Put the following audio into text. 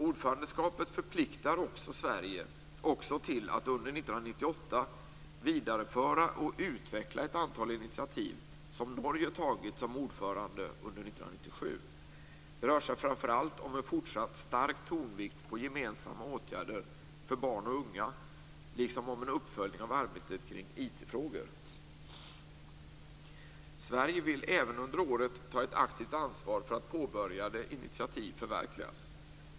Ordförandeskapet förpliktar Sverige också till att under 1998 vidareföra och utveckla ett antal initiativ som Norge tagit som ordförandeland under 1997. Det rör sig framför allt om en fortsatt stark tonvikt på gemensamma åtgärder för barn och unga liksom om en uppföljning av arbetet kring IT-frågor. Sverige vill även under året ta ett aktivt ansvar för att påbörjade initiativ förverkligas.